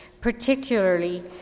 particularly